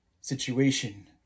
situation